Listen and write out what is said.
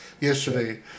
yesterday